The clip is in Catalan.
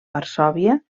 varsòvia